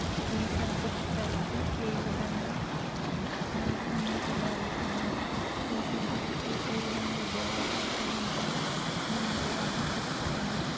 ఏ subject చదివితే ఏ విధంగా వారి ముందుకెళ్ళగలుగుతున్నారు ఏ సబ్జెక్ట్కి ఏ విధంగా ఉద్యోగ అవకాశాలు ఉంటాయి అని ముందుగానే సూచిస్తున్నారు